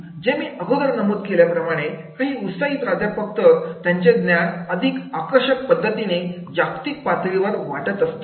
जे मी अगोदर नमूद केले आहे काही उत्साही प्राध्यापक तर त्यांचे ज्ञान अधिक आकर्षक पद्धतीने जागतिक पातळीवर वाटत असतात